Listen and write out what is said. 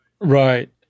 Right